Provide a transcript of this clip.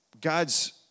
God's